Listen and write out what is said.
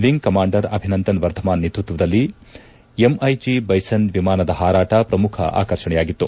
wing commander Abhinandan Varthaman ನೇತೃತ್ವದಲ್ಲಿ MiG Bison ವಿಮಾನದ ಪಾರಾಟ ಪ್ರಮುಖ ಆಕರ್ಷಣೆಯಾಗಿತ್ತು